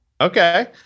Okay